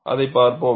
அதைப் பார்ப்போம்